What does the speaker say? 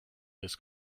this